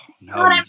no